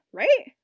right